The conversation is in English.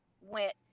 went